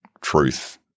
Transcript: truth